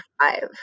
five